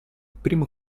primo